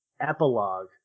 epilogue